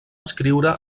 escriure